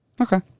Okay